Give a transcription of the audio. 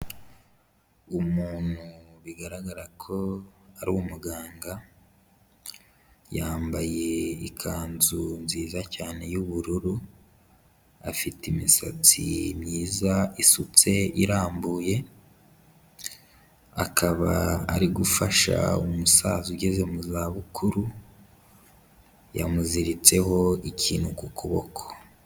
Umuntu bigaragara ko ari umuganga, yambaye ikanzu nziza cyane y'ubururu afite imisatsi myiza isutse irambuye, akaba ari gufasha umusaza ugeze mu zabukuru, yamuziritseho ikintu ku kuboko.